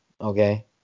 okay